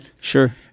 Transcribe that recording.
Sure